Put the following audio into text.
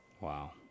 Wow